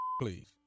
please